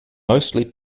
mostly